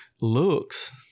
looks